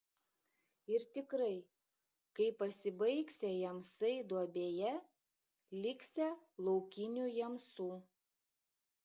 ir tikrai kai pasibaigsią jamsai duobėje liksią laukinių jamsų